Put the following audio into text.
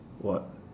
what